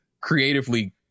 creatively